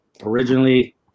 originally